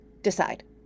decide